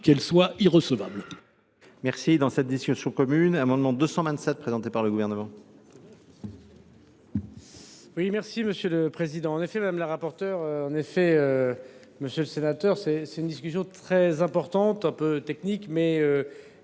qu’elle soit irrecevable.